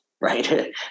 right